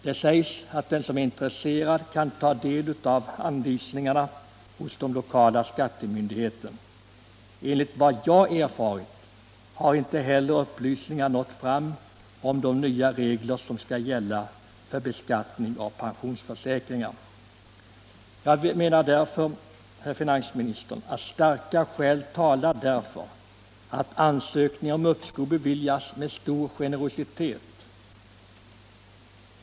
Det sägs att den som är intresserad kan ta del av anvisningarna hos den lokala skattemyndigheten. Enligt vad jag erfarit har inte heller upplysningar nått fram om de nya regler som skall gälla för beskattning av pensionsförsäkringar. Mot denna bakgrund menar jag, herr finansminister, att starka skäl talar för att ansökningar om uppskov beviljas med stor generositet.